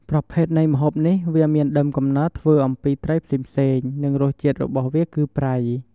ប្រភេទនៃម្ហូបនេះវាមានដើមកំណើតធ្វើអំពីត្រីផ្សេងៗ និងរសជាតិរបស់វាគឺប្រៃ។